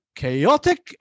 chaotic